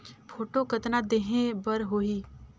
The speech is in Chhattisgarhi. फोटो कतना देहें बर होहि?